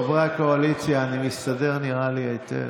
חברי הקואליציה, אני מסתדר היטב,